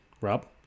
Rob